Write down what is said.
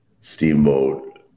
Steamboat